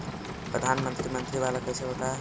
प्रधानमंत्री मंत्री वाला कैसे होता?